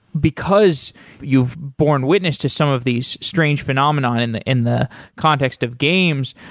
because you've borne witness to some of these strange phenomenon in the in the context of games,